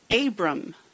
Abram